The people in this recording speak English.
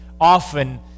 often